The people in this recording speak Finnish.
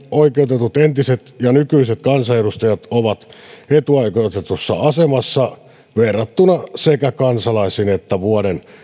oikeutetut entiset ja nykyiset kansanedustajat ovat etuoikeutetussa asemassa verrattuna sekä kansalaisiin että vuoden